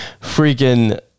freaking